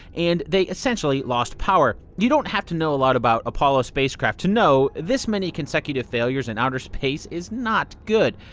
and they essentially lost power. you don't have to know a lot about apollo spacecraft to know this many consecutive failures in outer space is not good.